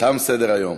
תם סדר-היום.